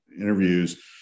interviews